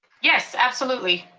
yes, absolutely.